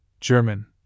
German